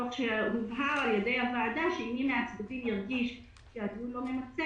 תוך שהובהר על ידי הוועדה שאם מי מהצדדים ירגיש כי הדיון לא ממצה